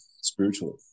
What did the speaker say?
spiritually